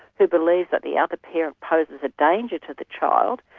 who believes that the other parent poses a danger to the child,